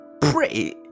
pray